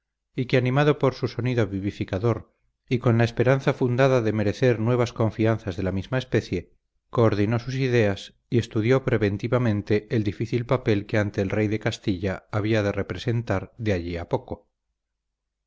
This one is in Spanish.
y que animado con su sonido vivificador y con la esperanza fundada de merecer nuevas confianzas de la misma especie coordinó sus ideas y estudió preventivamente el difícil papel que ante el rey de castilla había de representar de allí a poco